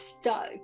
stuck